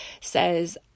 says